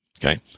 Okay